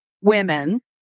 women